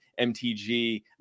mtg